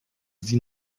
sie